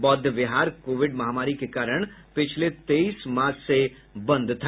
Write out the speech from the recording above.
बौद्धविहार covid महामारी के कारण पिछले तेईस मार्च से बंद था